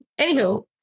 anywho